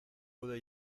puede